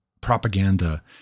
propaganda